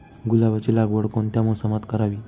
गुलाबाची लागवड कोणत्या मोसमात करावी?